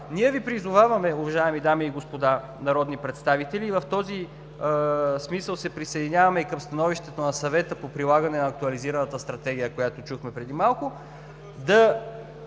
ние Ви призоваваме, уважаеми дами и господа народни представители, и в този смисъл се присъединяваме към становището на Съвета по прилагане на актуализираната стратегия, която чухме преди малко, да